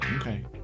Okay